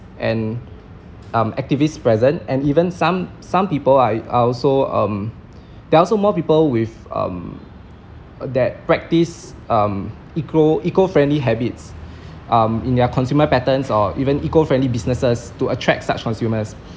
and um activists present and even some some people are are also um there are also more people with um that practise um eco eco friendly habits um in their consumer patterns or even eco friendly businesses to attract such consumers